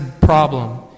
problem